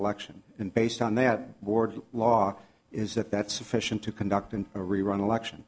election and based on that board law is that that sufficient to conduct in a rerun election